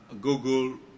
Google